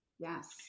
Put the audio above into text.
Yes